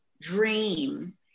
dream